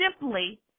simply